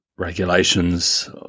Regulations